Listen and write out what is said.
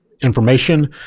information